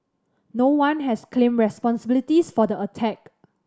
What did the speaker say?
no one has claimed responsibility for the attack